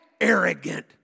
arrogant